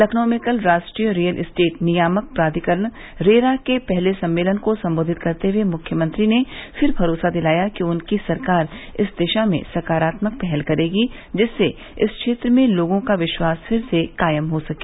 लखनऊ में कल राष्ट्रीय रियल इस्टेट नियामक प्राधिकरण रेरा के पहले सम्मेलन को संबोधित करते हुए मुख्यमंत्री ने फिर भरोसा दिलाया कि उनकी सरकार इस दिशा में सकारात्मक पहल करेगी जिससे इस क्षेत्र में लोगों का विश्वास फिर से कायम हो सके